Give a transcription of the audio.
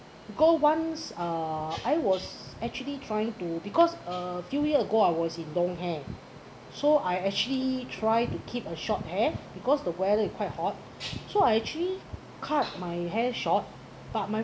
go once uh I was actually trying to because a few year ago I was in dongheng so I actually tried to keep a short hair because the weather is quite hot so I actually cut my hair short but my